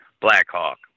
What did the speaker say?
Blackhawk